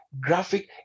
graphic